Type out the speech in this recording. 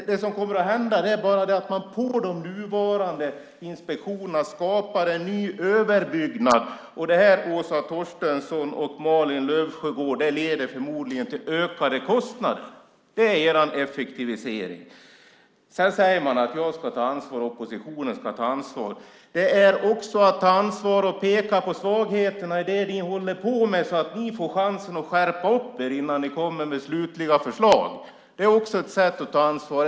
Det som kommer att hända är bara att man på de nuvarande inspektionerna skapar en ny överbyggnad. Det här leder förmodligen till ökade kostnader, Åsa Torstensson och Malin Löfsjögård. Det är er effektivisering. Sedan säger man att jag och oppositionen ska ta ansvar. Det är också att ta ansvar att peka på svagheterna i det ni håller på med, så att ni får chansen att skärpa upp er innan ni kommer med slutliga förslag. Det är också ett sätt att ta ansvar.